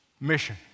mission